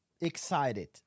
excited